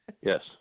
Yes